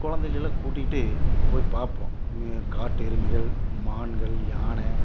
குழந்தைகளெல்லாம் கூட்டிக்கிட்டு போய் பார்ப்போம் காட்டு எருமைகள் மான்கள் யானை